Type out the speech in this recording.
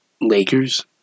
Lakers